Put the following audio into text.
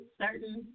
certain